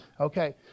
Okay